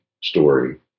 story